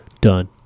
Done